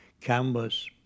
Canvas